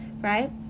Right